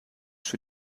für